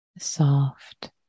soft